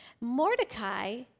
Mordecai